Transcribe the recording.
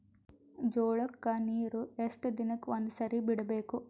ಜೋಳ ಕ್ಕನೀರು ಎಷ್ಟ್ ದಿನಕ್ಕ ಒಂದ್ಸರಿ ಬಿಡಬೇಕು?